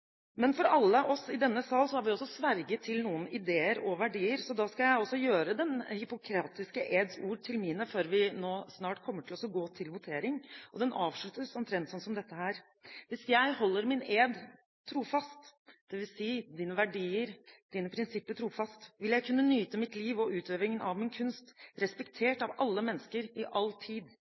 Men alle i denne sal har også sverget til noen ideer og verdier. Da skal jeg også gjøre Den hippokratiske eds ord til mine før vi nå snart kommer til å gå til votering. Den avsluttes omtrent som dette: «Hvis jeg holder denne ed trofast, vil jeg kunne nyte mitt liv og utøvingen av min kunst, respektert av alle mennesker i all tid;